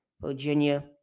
Virginia